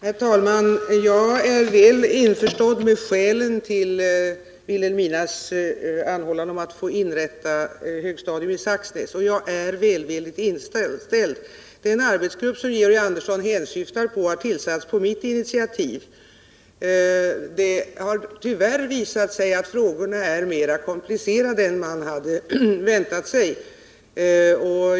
Herr talman! Jag är väl införstådd med skälen till Vilhelminas anhållan om att få inrätta ett högstadium i Saxnäs, och jag är välvilligt inställd till detta. Den arbetsgrupp som Georg Andersson hänsyftar på har tillsatts på mitt initiativ. Det har dock tyvärr visat sig att frågorna är mer komplicerade än man hade väntat sig.